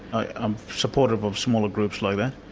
i'm supportive of smaller groups like that.